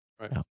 Right